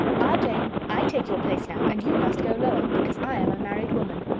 ah! jane, i take your place now, and you must go lower, because i am a married woman.